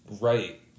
Right